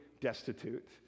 destitute